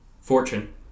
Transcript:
Fortune